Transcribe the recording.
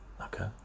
Okay